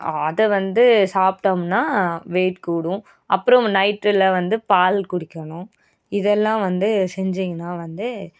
அதை வந்து சாப்பிட்டம்ன்னா வெயிட் கூடும் அப்புறம் நைட்டில் வந்து பால் குடிக்கணும் இதெல்லாம் வந்து செஞ்சிங்கன்னால் வந்து